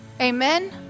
Amen